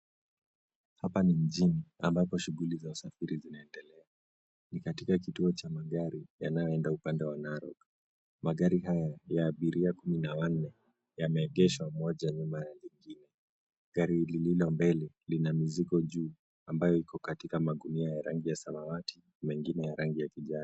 Hapa ni mjini ambapo shughuli za usafiri zinaendelea. Ni katika kituo cha magari yanayoenda upande wa Narok. Magari haya ya abiria kumi na wanne yameegeshwa moja nyuma ya lingine. Gari lililo mbele lina mizigo juu ambayo iko katika magunia ya rangi ya samawati mengine ya rangi ya kijani.